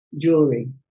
jewelry